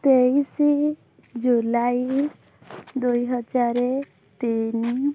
ତେଇଶ ଜୁଲାଇ ଦୁଇହଜାର ତିନି